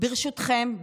ברשותכם,